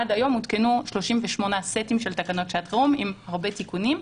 עד יום הותקנו 38 סטים של תקנות שעת חירום עם הרבה תיקונים.